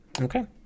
Okay